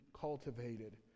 cultivated